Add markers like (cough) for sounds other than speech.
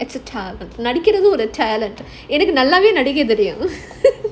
it's a talent நடிக்குறது ஒரு:nadikurathu oru talent எனக்கு நல்லாவே நடிக்க தெரியாது:enaku nallaave nadika theriyaathu (laughs)